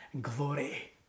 glory